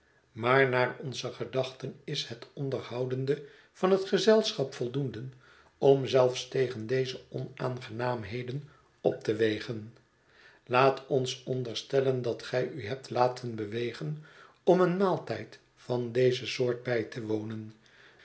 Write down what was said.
maar naar onze gedachten is het onderhoudende van het gezelschap voldoende om zelfs tegen deze onaangenaamheden op te wegen laat ons onderstellen dat gij u hebt laten bewegen om een rnaaltijd van deze soort bij te wonen